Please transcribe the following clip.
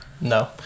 No